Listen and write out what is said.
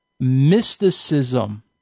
mysticism